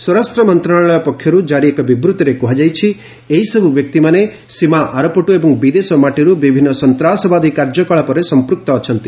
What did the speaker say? ସ୍ୱରାଷ୍ଟ୍ର ମନ୍ତ୍ରଣାଳୟ ପକ୍ଷରୁ ଜାରି ଏକ ବିବୃତିରେ କୁହାଯାଇଛି ଏହିସବୁ ବ୍ୟକ୍ତିମାନେ ସୀମା ଆରପଟୁ ଏବଂ ବିଦେଶ ମାଟିରୁ ବିଭିନ୍ନ ସନ୍ତାସବାଦୀ କାର୍ଯ୍ୟକଳାପରେ ସଂପୃକ୍ତ ଅଛନ୍ତି